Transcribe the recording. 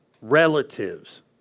relatives